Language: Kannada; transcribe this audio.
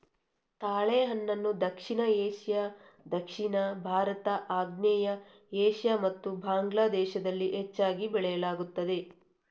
ತಾಳೆಹಣ್ಣನ್ನು ದಕ್ಷಿಣ ಏಷ್ಯಾ, ದಕ್ಷಿಣ ಭಾರತ, ಆಗ್ನೇಯ ಏಷ್ಯಾ ಮತ್ತು ಬಾಂಗ್ಲಾ ದೇಶದಲ್ಲಿ ಹೆಚ್ಚಾಗಿ ಬೆಳೆಯಲಾಗುತ್ತದೆ